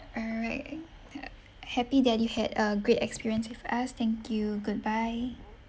all right ha~ happy that you had a great experience with us thank you goodbye